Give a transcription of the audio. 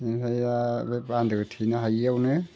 बिनिफ्राय बे बान्दोखौ थेनो हायैआवनो